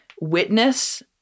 witness